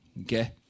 okay